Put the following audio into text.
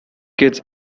kids